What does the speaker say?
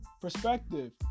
perspective